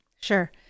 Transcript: Sure